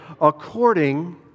according